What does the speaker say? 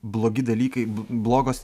blogi dalykai b blogos